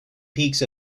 peaks